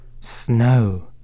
snow